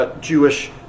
Jewish